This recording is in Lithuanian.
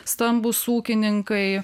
stambūs ūkininkai